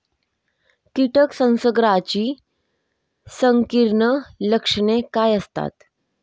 कीटक संसर्गाची संकीर्ण लक्षणे काय असतात?